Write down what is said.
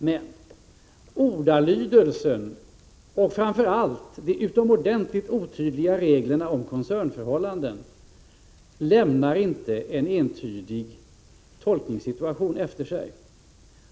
Men ordalydelsen i lagen och framför allt de utomordentligt otydliga reglerna om koncernförhållanden medför att någon entydig tolkning inte kan göras.